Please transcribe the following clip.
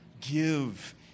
Give